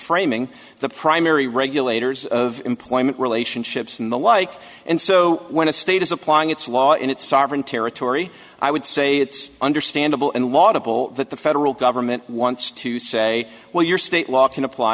framing the primary regulators of employment relationships and the like and so when a state is applying its law in its sovereign territory i would say it's understandable in lot of that the federal government wants to say well your state law can apply